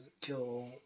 kill